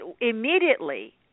immediately